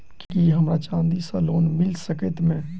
की हमरा चांदी सअ लोन मिल सकैत मे?